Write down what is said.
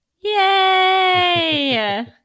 Yay